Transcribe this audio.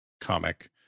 comic